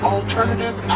Alternative